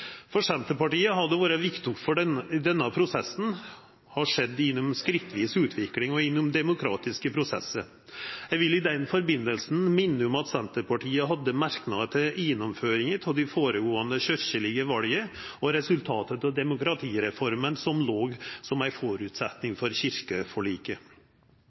For Senterpartiet har det vore viktig at denne prosessen har skjedd gjennom ei skrittvis utvikling og gjennom demokratiske prosessar. Eg vil i den samanhengen minna om at Senterpartiet hadde merknader til gjennomføringa av dei føregåande kyrkjelege vala og resultatet av demokratireforma, som låg som